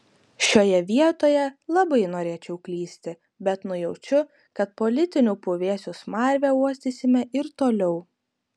šioje vietoje labai norėčiau klysti bet nujaučiu kad politinių puvėsių smarvę uostysime ir toliau